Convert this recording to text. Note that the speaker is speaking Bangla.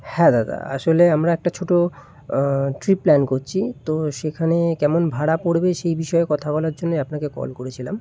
হ্যাঁ দাদা আসলে আমরা একটা ছোট ট্রিপ প্ল্যান করছি তো সেখানে কেমন ভাড়া পড়বে সেই বিষয়ে কথা বলার জন্যে আপনাকে কল করেছিলাম